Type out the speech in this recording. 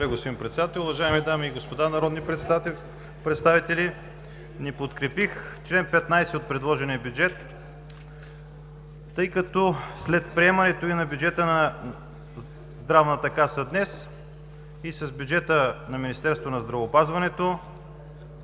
Благодаря, господин Председател. Уважаеми дами и господа народни представители, не подкрепих чл. 15 от предложения бюджет, тъй като след приемането и на бюджета на Здравната каса днес, и с бюджета на Министерството на здравеопазването